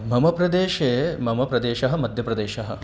मम प्रदेशे मम प्रदेशः मध्यप्रदेशः